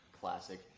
Classic